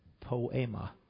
Poema